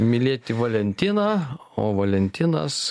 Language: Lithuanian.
mylėti valentiną o valentinas